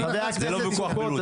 זה לא ויכוח פוליטי.